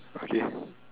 okay